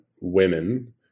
women